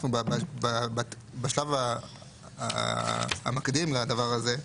אנחנו בשלב המקדים לדבר הזה,